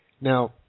Now